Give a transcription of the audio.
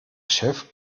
chef